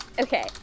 Okay